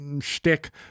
shtick